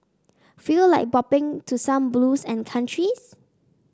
feel like bopping to some blues and countries